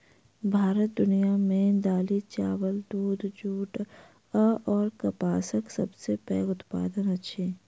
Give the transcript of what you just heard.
भारत दुनिया मे दालि, चाबल, दूध, जूट अऔर कपासक सबसे पैघ उत्पादक अछि